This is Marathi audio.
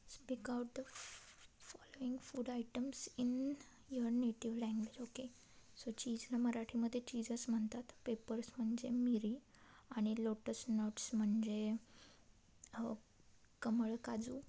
speak out the following food items in your native language okay so चीजला मराठीमध्ये चीजच म्हणतात पेपर्स म्हणजे मिरी आणि लोटस नट्स म्हणजे ह कमळ काजू